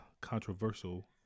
controversial